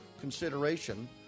consideration